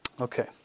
Okay